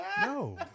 No